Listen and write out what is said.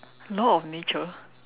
law of nature